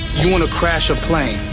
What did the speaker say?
you wanna crash a plane?